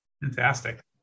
Fantastic